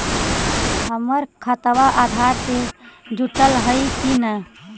हमर खतबा अधार से जुटल हई कि न?